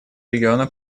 региона